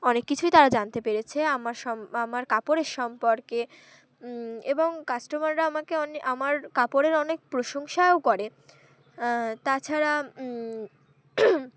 অনেক কিছুই তারা জানতে পেরেছে আমার সম আমার কাপড়ের সম্পর্কে এবং কাস্টমাররা আমাকে অনে আমার কাপড়ের অনেক প্রশংসাও করে তাছাড়া